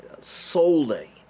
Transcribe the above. solely